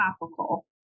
topical